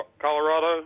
Colorado